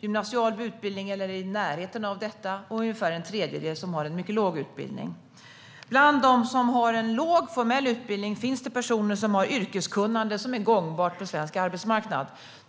gymnasial utbildning eller är i närheten av det och ungefär en tredjedel som har en mycket låg utbildning. Bland dem som har en låg formell utbildning finns personer som har yrkeskunnande som är gångbart på svensk arbetsmarknad.